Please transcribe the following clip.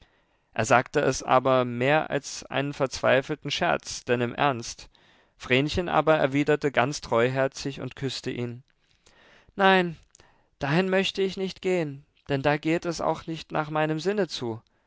er sagte es aber mehr als einen verzweifelten scherz denn im ernst vrenchen aber erwiderte ganz treuherzig und küßte ihn nein dahin möchte ich nicht gehen denn da geht es auch nicht nach meinem sinne zu